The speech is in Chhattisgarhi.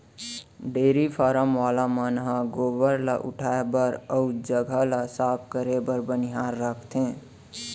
डेयरी फारम वाला मन ह गोबर ल उठाए बर अउ जघा ल साफ करे बर बनिहार राखथें